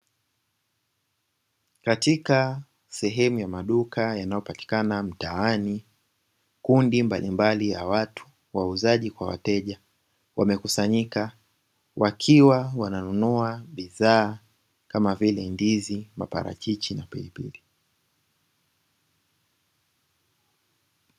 Katika sehemu ya maduka yanayopatikana mtaani kundi mbalimbali la watu wauzaji kwa wateja wamekusanyika wakiwa wananunua bidhaa kama vile:- ndizi, maparachichi na pilipili.